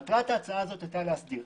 מטרת ההצעה הייתה להסדיר.